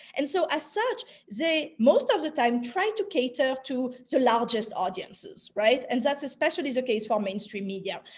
and so as such, they most of the time try to cater to the so largest audiences. right? and that's especially the so case for mainstream media.